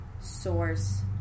source